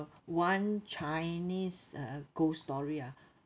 one chinese uh ghost story ah